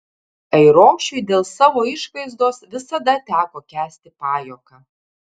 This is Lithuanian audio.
airošiui dėl savo išvaizdos visada teko kęsti pajuoką